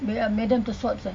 ma~ uh madame tussauds eh